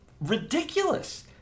ridiculous